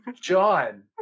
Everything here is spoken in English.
John